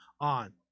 on